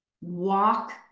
walk